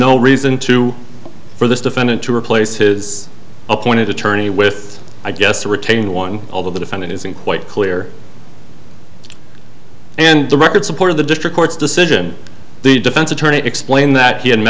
no reason to for this defendant to replace his appointed attorney with i guess to retain one over the defendant isn't quite clear and the record support of the district court's decision the defense attorney explained that he had